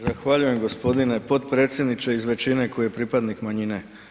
Zahvaljujem, g. potpredsjedniče, iz većine koji je pripadnik manjine.